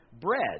bread